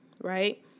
right